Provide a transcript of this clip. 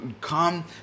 come